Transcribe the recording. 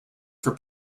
for